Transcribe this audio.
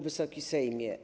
Wysoki Sejmie!